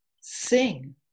sing